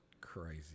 crazy